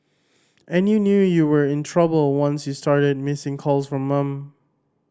and you knew you were in trouble once you started missing calls from mum